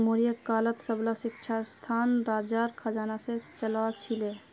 मौर्य कालत सबला शिक्षणसंस्थान राजार खजाना से चलअ छीले